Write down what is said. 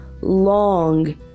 long